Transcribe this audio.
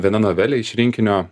viena novelė iš rinkinio